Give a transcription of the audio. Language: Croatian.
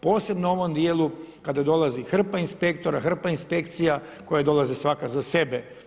Posebno u ovom dijelu kada dolazi hrpa inspektora, hrpa inspekcija koje dolaze svaka za sebe.